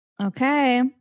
Okay